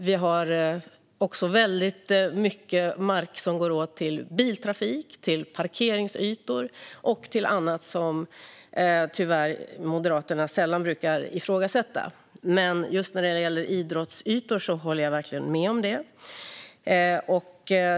Det är också väldigt mycket mark som går åt till biltrafik, parkeringsytor och annat som Moderaterna tyvärr sällan brukar ifrågasätta. Men just när det gäller idrottsytor håller jag verkligen med om behovet.